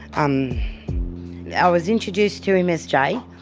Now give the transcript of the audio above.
um i was introduced to him as jay.